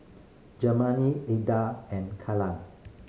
Germane Eda and